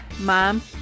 mom